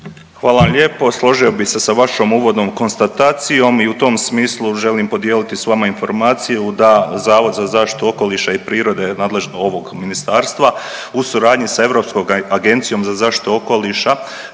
vam lijepo. Složio bi se sa vašom uvodnom konstatacijom i u tom smislu želim podijeliti s vama informaciju da Zavod za zaštitu okoliša i prirode nadležno ovog ministarstva u suradnji sa Europskom agencijom za zaštitu okoliša